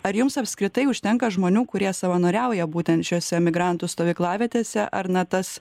ar jums apskritai užtenka žmonių kurie savanoriauja būtent šiose emigrantų stovyklavietėse ar na tas